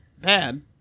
bad